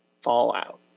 fallout